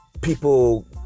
people